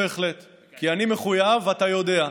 זה קשור בהחלט, כי אני מחויב, ואתה יודע.